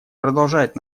продолжает